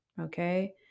okay